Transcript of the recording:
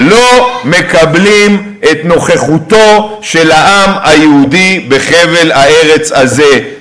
לא מקבלים את נוכחותו של העם היהודי בחבל הארץ הזה.